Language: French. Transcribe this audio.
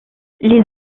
les